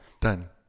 Done